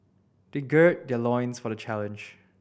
they gird their loins for the challenge